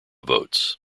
votes